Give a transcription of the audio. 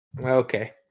Okay